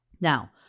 Now